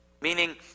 Meaning